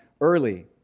early